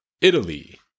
Italy